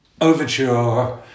overture